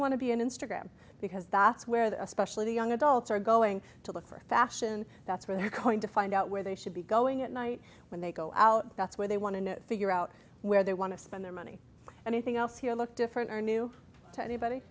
want to be an instagram because that's where the especially the young adults are going to look for fashion that's where they're going to find out where they should be going at night when they go out that's where they want to figure out where they want to spend their money and anything else here look different or new to anybody